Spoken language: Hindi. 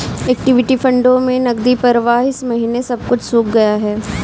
इक्विटी फंडों में नकदी प्रवाह इस महीने सब कुछ सूख गया है